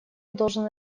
должен